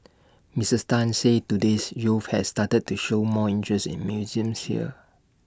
Missus Tan said today's youth have started to show more interest in museums here